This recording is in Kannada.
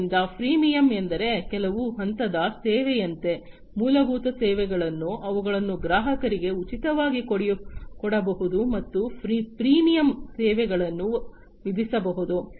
ಆದ್ದರಿಂದ ಫ್ರೀಮಿಯಮ್ ಎಂದರೆ ಕೆಲವು ಹಂತದ ಸೇವೆಯಂತೆ ಮೂಲಭೂತ ಸೇವೆಗಳನ್ನು ಅವುಗಳನ್ನು ಗ್ರಾಹಕರಿಗೆ ಉಚಿತವಾಗಿ ಕೊಡಬಹುದು ಮತ್ತು ಪ್ರೀಮಿಯಂ ಸೇವೆಗಳನ್ನು ವಿಧಿಸಬಹುದು